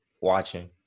watching